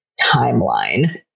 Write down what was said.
timeline